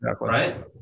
right